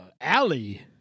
alley